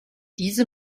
diese